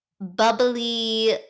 bubbly